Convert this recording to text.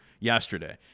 yesterday